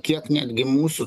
kiek netgi mūsų